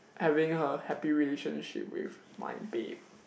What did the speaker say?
having her happy relationship with my babe